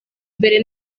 mbere